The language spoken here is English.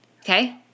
Okay